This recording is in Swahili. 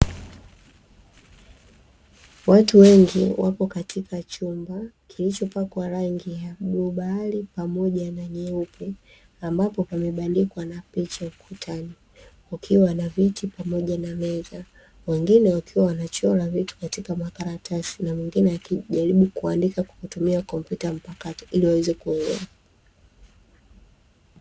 Watu wengi wapo katika chumba kilichopakwa rangi ya bluu bahari pamoja na nyeupe ambapo pamebandikwa na picha ukutani kukiwa na viti pamoja na meza, wengine wakiwa wanachora vitu katika makaratasi na mwingine akijaribu kuandika kwa kutumia kompyuta mpakato ili waweze kuelewa.